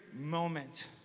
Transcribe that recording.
moment